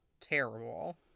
terrible